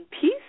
peace